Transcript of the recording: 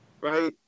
right